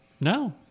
no